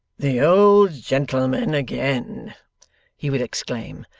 the old gentleman again he would exclaim,